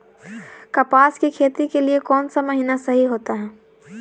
कपास की खेती के लिए कौन सा महीना सही होता है?